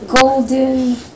golden